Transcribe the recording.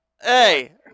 Hey